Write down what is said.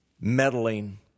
meddling